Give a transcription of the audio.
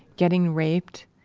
getting raped.